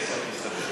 שכסף לא פותר, מסתבר.